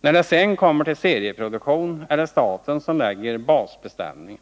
När det sedan kommer till serieproduktion är det staten som lägger basbeställningen.